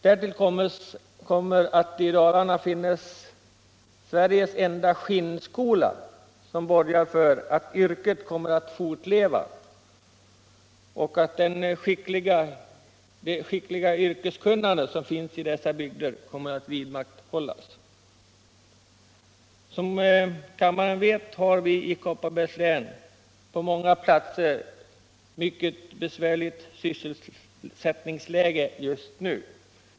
Därtill kommer att det i Dalarna finns Sveriges enda skinnskola, som — borgar för att yrket 'kommer att fortleva och att det förnämliga yrkes Om åtgärder för att kunnande som finns i dessa bygder vidmakthålls. rädda svensk Som kammaren vet har vi på många platser i Kopparbergs län ett — skinnindustri mycket besvärligt sysselsättningsläge just nu.